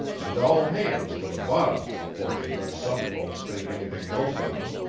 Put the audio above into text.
and all hands to the bottom afore he'd let some folks think anything else of him.